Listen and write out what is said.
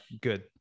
Good